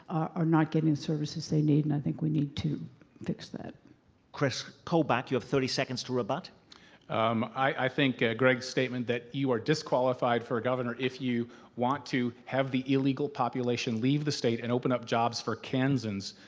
are not getting services they need and i think we need to fix that. nick kris kobach, you have thirty seconds to rebut. kobach um i think greg's statement that you are disqualified for governor if you want to have the illegal population leave the state and open up jobs for kansans,